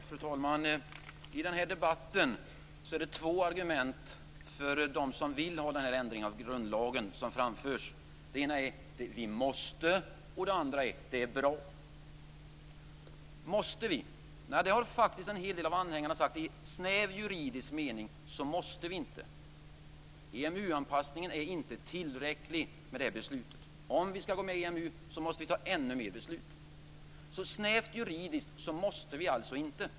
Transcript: Fru talman! I denna debatt framförs två argument från dem som vill ha den här ändringen av grundlagen. Det ena är "vi måste", och det andra är "det är bra". Måste vi? Nej, en hel del av anhängarna har sagt att vi i snäv juridisk mening inte måste. EMU anpassningen är inte tillräckligt skäl. Om vi skall gå med i EMU, måste vi ta fler beslut. Snävt juridiskt måste vi alltså inte.